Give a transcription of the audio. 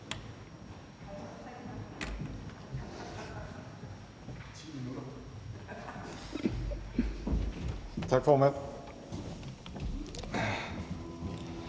Tak for det.